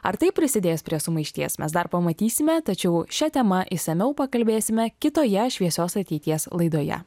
ar tai prisidės prie sumaišties mes dar pamatysime tačiau šia tema išsamiau pakalbėsime kitoje šviesios ateities laidoje